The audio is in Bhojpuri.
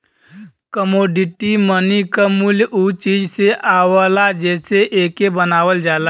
कमोडिटी मनी क मूल्य उ चीज से आवला जेसे एके बनावल जाला